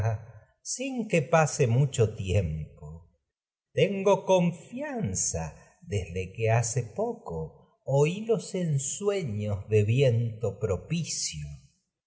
sin que pase mucho tiempo tengo confianza desde hace poco oi los ensueños de viento propicio